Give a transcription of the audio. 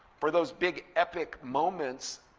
for those big, epic moments,